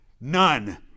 None